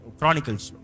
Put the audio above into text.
Chronicles